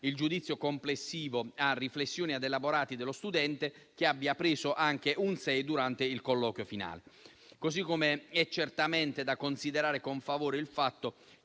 il giudizio complessivo a riflessioni ed elaborati dello studente che abbia preso un 6 durante il colloquio finale. Così come è certamente da considerare con favore il fatto